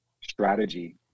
strategy